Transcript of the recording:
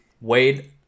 wade